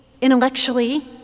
intellectually